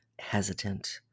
hesitant